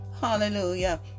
Hallelujah